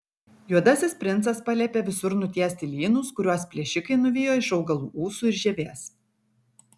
juodasis princas paliepė visur nutiesti lynus kuriuos plėšikai nuvijo iš augalų ūsų ir žievės